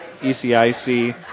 ECIC